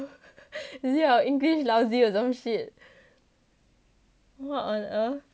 is it our english lousy or some shit what on earth